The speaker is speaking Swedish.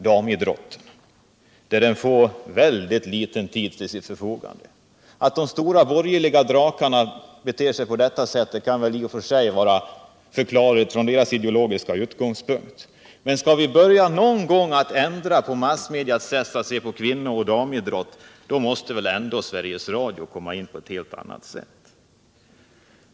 Damidrotten får väldigt litet utrymme till sitt förfogande. Att de stora borgerliga drakarna beter sig på detta sätt kan vara förklarligt från deras ideologiska utgångspunkt, men skall vi någon gång börja ändra massmediernas sätt att se på damidrott måste Sveriges Radio komma in på ett helt annat sätt.